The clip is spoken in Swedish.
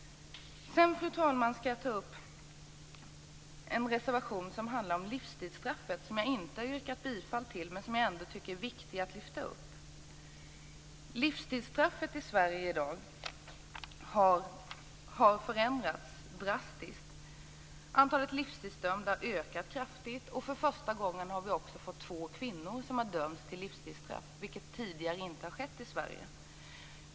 Fru talman! Sedan skall jag ta upp en reservation som handlar om livstidsstraff och som jag inte har yrkat bifall till men som jag tycker att det är viktigt att lyfta fram. Det gäller reservation 13. Livstidsstraffet i Sverige i dag har drastiskt förändrats. Antalet livstidsdömda ökar kraftigt och för första gången har vi nu två kvinnor som dömts till livstidsstraff, vilket tidigare inte har skett i Sverige.